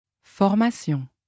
formation